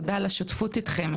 תודה על השותפות איתכם,